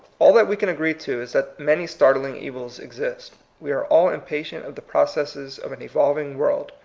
all that we can agree to is that many startling eyils exist. we are all impatient of the processes of an evolving world,